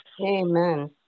amen